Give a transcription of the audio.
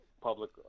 public